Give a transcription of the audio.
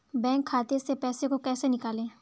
Bank खाते से पैसे को कैसे निकालें?